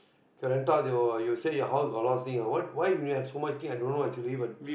can rent out your you say your house got a lot of things ah what why you have so much things i don't know actually but